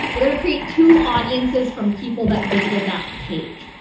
you're going to create two audiences from people that visited that page,